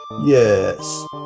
Yes